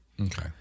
Okay